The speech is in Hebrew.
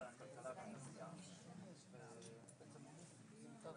12:27.